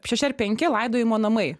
šeši ar penki laidojimo namai